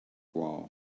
wall